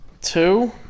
Two